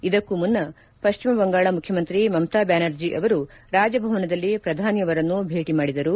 ಇದಕ್ಕೂ ಮುನ್ನ ಪಶ್ಲಿಮ ಬಂಗಾಳ ಮುಖ್ಯಮಂತ್ರಿ ಮಮತಾ ಬ್ಲಾನರ್ಜಿ ಅವರು ರಾಜಭವನದಲ್ಲಿ ಪ್ರಧಾನಿಯವರನ್ನು ಭೇಟಿ ಮಾಡಿದರು